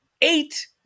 Eight